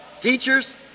teachers